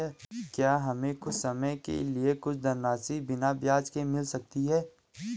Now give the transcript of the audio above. क्या हमें कुछ समय के लिए कुछ धनराशि बिना ब्याज के मिल सकती है?